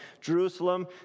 Jerusalem